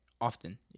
often